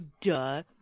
duh